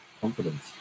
confidence